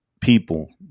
People